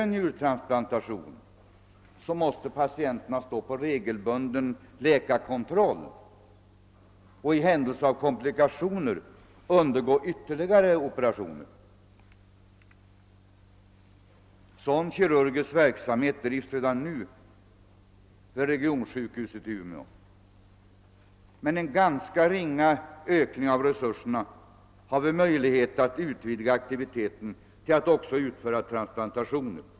en njurtransplantation måste patienterna vidare stå under regelbunden läkarkontroll och kan i händelse av komplikationer få undergå ytterligare :operationer. Sådan kirurgisk verksamhet bedrivs redan nu vid regionsjukhuset i Umeå. Med en ganska ringa ökning av resurserna har vi möjlighet att utvidga aktiviteten, så att vi också kan utföra transplantationer.